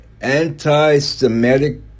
Anti-Semitic